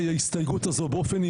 ההסתייגות הבאה.